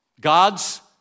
God's